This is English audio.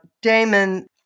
Damon